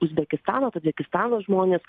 uzbekistano tadžikistano žmonės